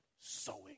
sowing